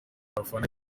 abafana